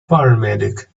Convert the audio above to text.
paramedic